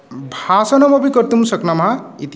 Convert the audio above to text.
भाषणमपि कर्तुं शक्नुमः इति